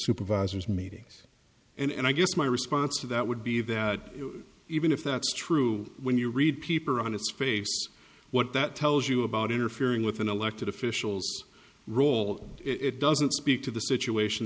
supervisors meetings and i guess my response to that would be that even if that's true when you read peeper on its face what that tells you about interfering with an elected officials role it doesn't speak to the situation